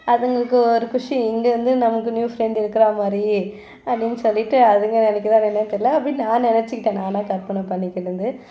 அதுங்களுக்கு ஒரு குஷி இங்கிருந்து நமக்கு நியூ ஃப்ரெண்ட்டு இருக்கிற மாதிரி அப்படின்னு சொல்லிகிட்டு அதுங்கள் நினைக்குதா என்னென்று தெரில அப்படின்னு நான் நினச்சிக்கிட்டேன் நானாக கற்பனை பண்ணிக்கிட்டது